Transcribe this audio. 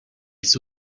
les